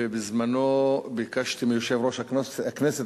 ובזמני ביקשתי מיושב-ראש הכנסת,